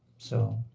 so